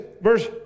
verse